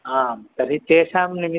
आं तर्हि तेषां निमित्तं